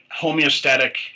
homeostatic